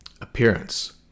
Appearance